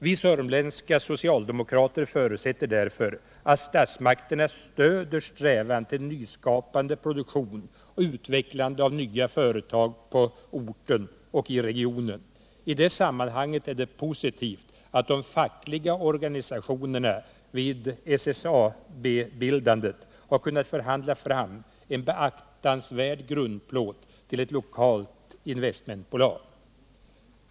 Vi sörmländska socialdemokrater förutsätter därför att statsmakterna stöder strävan till nyskapande produktion och utvecklande av nya företag på orten och i regionen. I det sammanhanget är det positivt att de fackliga organisationerna vid SSAB-bildandet har kunnat förhandla fram en beaktansvärd grundplåt till ett lokalt investmentbolag.